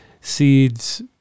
seeds